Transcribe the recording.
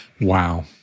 Wow